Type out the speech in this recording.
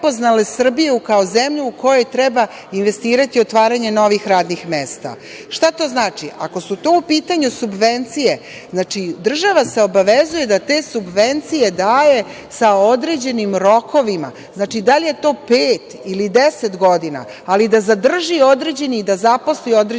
Srbiju kao zemlju u kojoj treba investirati otvaranje novih radnih mesta. Šta to znači? Ako su tu u pitanju subvencije, znači, država se obavezuje da te subvencije daje sa određenim rokovima. Znači, da li je to pet ili deset godina, ali da zadrži i da zaposli određeni